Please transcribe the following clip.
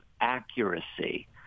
accuracy